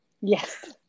Yes